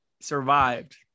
survived